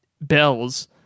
bells